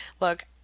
Look